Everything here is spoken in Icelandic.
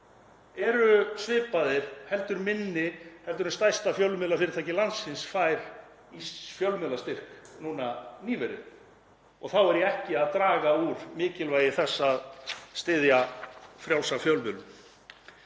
svipaðir eða heldur minni heldur en stærsta fjölmiðlafyrirtæki landsins fær í fjölmiðlastyrk núna nýverið. Og þá er ég ekki að draga úr mikilvægi þess að styðja frjálsa fjölmiðlun.